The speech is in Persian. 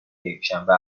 یکشنبه